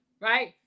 Right